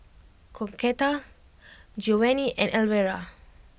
Concetta Geovanni and Alvera